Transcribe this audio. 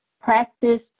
Practice